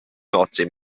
nordsee